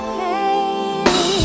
hey